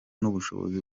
n’ubushobozi